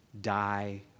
die